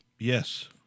Yes